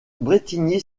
brétigny